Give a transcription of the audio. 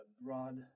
broad